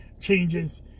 changes